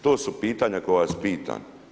To su pitanja koja vas pitam.